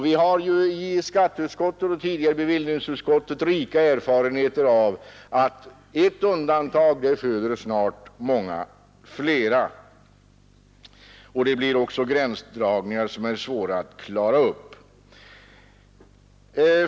Vi har i skatteutskottet och tidigare i bevillningsutskottet fått rika erfarenheter av att ett undantag snart föder många fler. Det blir också gränsdragningar som är svåra att klara upp.